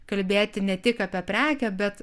kalbėti ne tik apie prekę bet